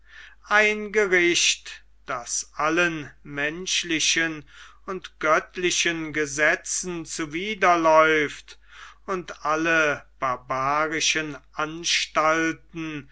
ein gericht das allen menschlichen und göttlichen gesetzen zuwiderläuft und alle barbarischen anstalten